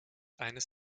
eines